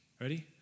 Ready